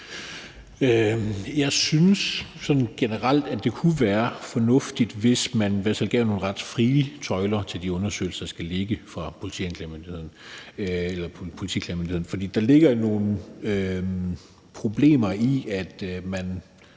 Jeg synes generelt, at det kunne være fornuftigt, hvis man gav nogle ret frie tøjler for de undersøgelser, der skal laves hos Politiklagemyndigheden. For der ligger nogle problemer i, at man